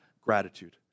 Gratitude